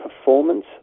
performance